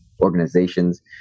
organizations